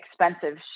expensive